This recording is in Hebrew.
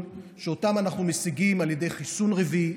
שאותה אנחנו משיגים על ידי חיסון רביעי,